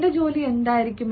എന്റെ ജോലി എന്തായിരിക്കും